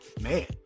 man